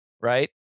Right